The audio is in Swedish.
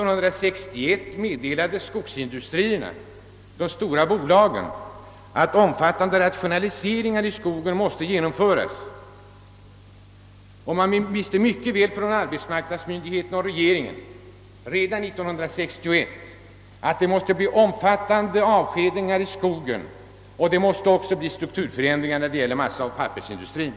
Och man gör det inte heller nu. 1961 meddelade de stora skogsindustrierna att omfattande rationaliseringar måste genomföras i skogen. Arbetsmarknadsmyndigheterna och regeringen visste mycket väl redan 1961 att resultatet måste bli omfattande avskedanden i skogen, liksom de visste att sturkturförändringar måste vidtagas när det gäller massaoch pappersindustrien.